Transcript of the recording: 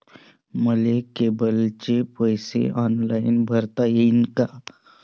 मले केबलचे पैसे ऑनलाईन भरता येईन का?